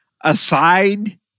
aside